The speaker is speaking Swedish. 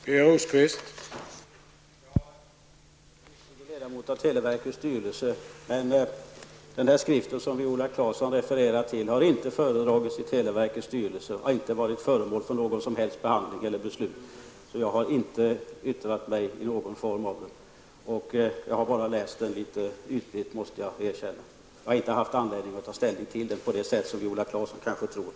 Herr talman! Jag är ledamot av televerkets styrelse, men den skrift som Viola Claesson refererar till har inte föredragits i televerkets styrelse och har inte heller varit föremål för någon som helst behandling eller beslut. Jag har alltså inte i någon form yttrat mig om den. Jag måste erkänna att jag har läst den bara litet ytligt. Jag har inte haft anledning att ta ställning till den på det sätt som Viola Claesson kanske tror.